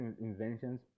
inventions